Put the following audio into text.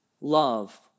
love